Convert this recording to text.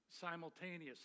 simultaneously